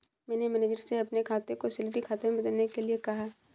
मैंने मैनेजर से अपने खाता को सैलरी खाता में बदलने के लिए कहा